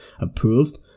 approved